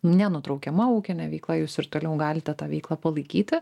nenutraukiama ūkinė veikla jūs ir toliau galite tą veiklą palaikyti